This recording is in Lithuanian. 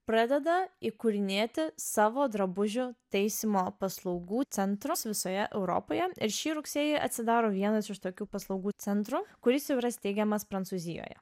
pradeda įkurinėti savo drabužių taisymo paslaugų centrus visoje europoje ir šį rugsėjį atsidaro vienas iš tokių paslaugų centrų kuris jau yra steigiamas prancūzijoje